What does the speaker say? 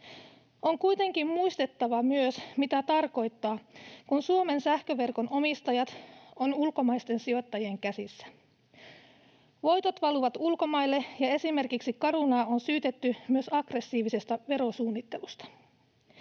On kuitenkin muistettava myös, mitä tarkoittaa, kun Suomen sähköverkon omistajat ovat ulkomaisten sijoittajien käsissä. Voitot valuvat ulkomaille, ja esimerkiksi Carunaa on syytetty myös aggressiivisesta verosuunnittelusta.